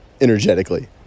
energetically